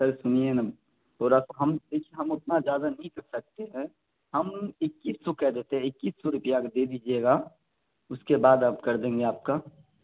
سر سنیے نہ پورا ہم اتنا زیادہ نہیں کر سکتے ہیں ہم اکیس سو کہ دیتے ہیں اکیس سو روپیہ اگر دے دیجیے گا اس کے بعد اب کر دیں گے آپ کا